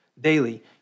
Daily